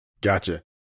Gotcha